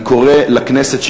אני קורא לכנסת,